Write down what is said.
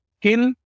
kill